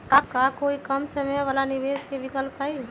का कोई कम समय वाला निवेस के विकल्प हई?